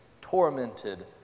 tormented